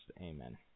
Amen